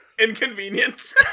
Inconvenience